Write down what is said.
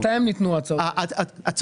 מתי הן ניתנו, ההצעות?